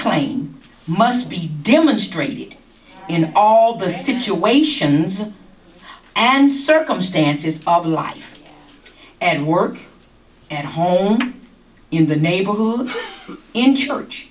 claim must be demonstrated in all the situations and circumstances of life and work at home in the neighborhood in church